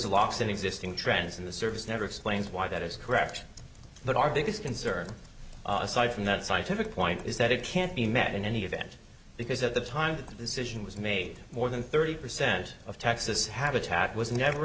locks in existing trends in the service never explains why that is correct but our biggest concern aside from that scientific point is that it can't be met in any event because at the time this issue was made more than thirty percent of texas habitat was